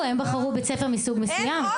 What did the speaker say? הם בחרו בית ספר מסוג מסוים.) אין עוד אחד.